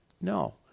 No